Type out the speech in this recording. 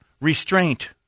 restraint